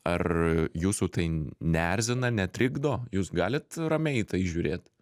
ar jūsų tai neerzina netrikdo jūs galit ramiai į tai žiūrėt